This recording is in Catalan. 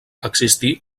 existí